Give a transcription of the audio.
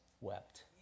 wept